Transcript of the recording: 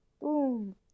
boom